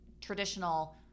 traditional